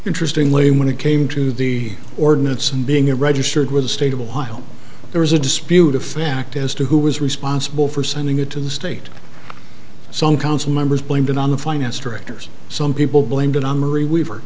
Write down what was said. interestingly when it came to the ordinance and being a registered with the state of ohio there was a dispute a fact as to who was responsible for sending it to the state some council members blamed it on the finance directors some people blamed it on marie weaver